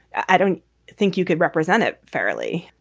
i don't think you could represent it fairly.